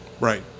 Right